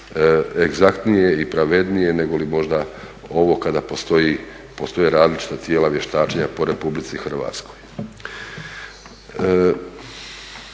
egzaktnije i pravednije negoli možda ovo kada postoje različita tijela vještačenja po RH. Ovdje